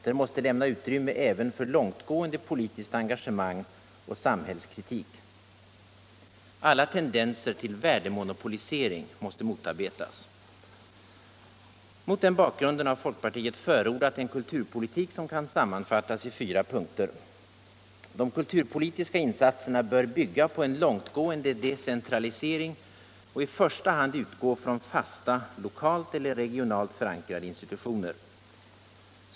Den måste lämna utrymme även för långtgående politiskt engagemang och samhällskritik. Alla tendenser till värdemonopolisering måste motarbetas.” Mot denna bakgrund har folkpartiet förordat en kulturpolitik som kan sammanfattas i fyra punkter: De kulturpolitiska insatserna bör bygga på en långtgående decentralisering och i första hand utgå från fasta lokalt eller regionalt förankrade instilutioner.